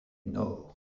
nord